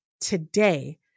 today